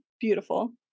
Beautiful